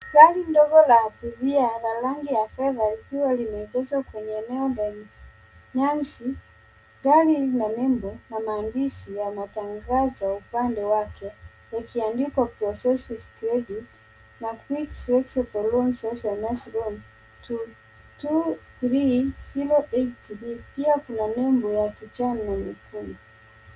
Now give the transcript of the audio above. Gari ndogo la abiria la rangi ya fedha likiwa limeegeshwa kwenye eneo lenye nyasi. Gari ina nebo na maandishi ya matangazo upande wake ikiandikwa progressive credit na quick flexible loan sms loan 23083 pia kuna nebo ya kijani na nyekundu.